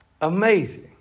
amazing